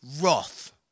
wrath